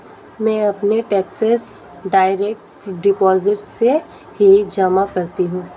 मैं अपने taxes direct deposit से ही जमा करती हूँ